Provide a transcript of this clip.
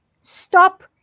stop